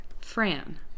Fran